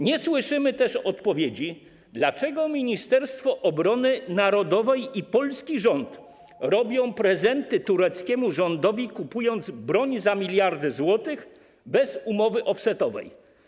Nie znamy też odpowiedzi na pytanie, dlaczego Ministerstwo Obrony Narodowej i polski rząd robią prezenty tureckiemu rządowi, kupując broń wartą miliardy złotych bez umowy offsetowej.